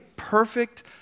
perfect